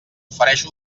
ofereix